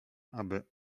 aby